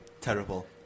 Terrible